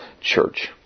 church